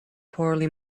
poorly